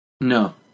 No